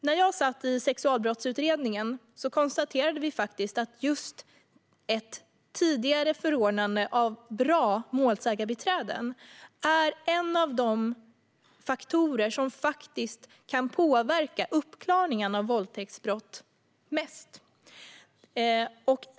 När jag satt i Sexualbrottsutredningen konstaterade vi att ett tidigare förordnande av bra målsägandebiträden är en av de faktorer som kan påverka uppklaringen av våldtäktsbrott mest.